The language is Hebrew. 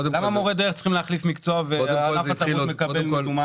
למה מורי הדרך צריכים להחליף מקצוע ואילו ענף התרבות מקבל מזומן?